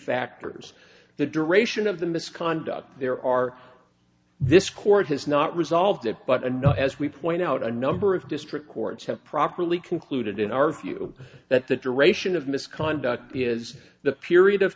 factors the duration of the misconduct there are this court has not resolved it but another as we point out a number of district courts have properly concluded in our view that the duration of misconduct is the period of